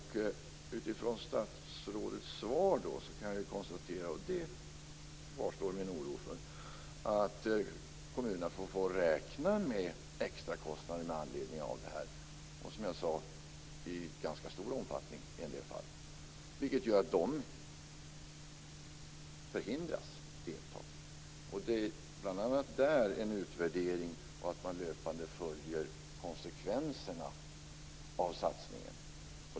Utifrån statsrådets svar kan jag konstatera, och där kvarstår min oro, att kommunerna får räkna med extrakostnader med anledning av detta och det, som jag tidigare sade, i en ganska stor omfattning i en del fall. Det gör att kommuner förhindras att delta. Det är viktigt att man gör en utvärdering och att man löpande följer konsekvenserna av satsningen.